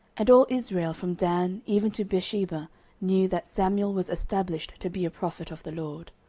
and all israel from dan even to beersheba knew that samuel was established to be a prophet of the lord.